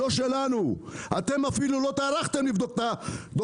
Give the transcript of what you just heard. לא שלנו.